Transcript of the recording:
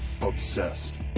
obsessed